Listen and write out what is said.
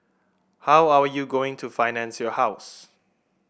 how are you going to finance your house